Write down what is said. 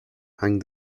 hang